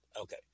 Okay